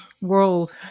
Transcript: world